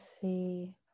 see